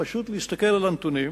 פשוט להסתכל על הנתונים.